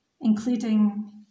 including